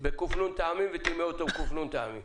בק"ן טעמים וטימא אותו בק"ן טעמים.